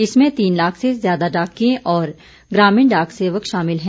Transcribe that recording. इसमें तीन लाख से ज्यादा डाकिये और ग्रामीण डाक सेवक शामिल हैं